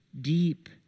deep